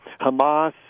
Hamas